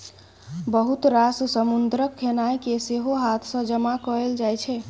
बहुत रास समुद्रक खेनाइ केँ सेहो हाथ सँ जमा कएल जाइ छै